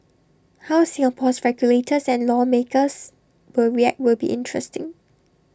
how Singapore's regulators and lawmakers will react will be interesting